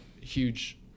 huge